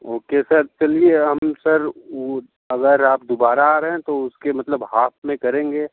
okay sir चलिए हम sir उत अगर आप दुबारा आ रहे हैं तो उसके मतलब हाफ़ में करेंगे